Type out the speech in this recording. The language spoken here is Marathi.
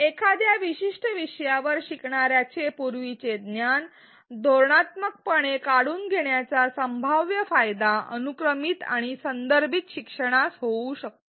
एखाद्या विशिष्ट विषयावर शिकणाऱ्याचे पूर्वीचे ज्ञान धोरणात्मकपणे काढून घेण्याचा संभाव्य फायदा अनुक्रमित आणि संदर्भित शिक्षणास होऊ शकतो